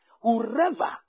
Whoever